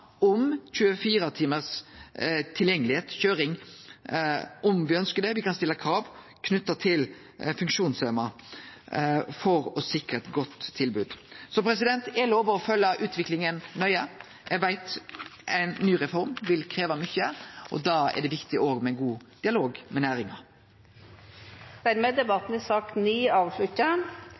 om 24 timars tilgjengelegheit/køyring om me ønskjer det, og me kan stille krav knytt til funksjonshemma for å sikre eit godt tilbod. Eg lovar å følgje utviklinga nøye. Eg veit at ei ny reform vil krevje mykje, og da er det viktig med ein god dialog med næringa. Debatten i sak